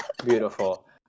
beautiful